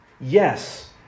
Yes